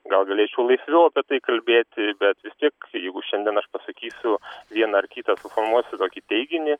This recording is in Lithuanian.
gal galėčiau laisviau apie tai kalbėti bet vis tik jeigu šiandien aš pasakysiu vieną ar kitą suformuosiu tokį teiginį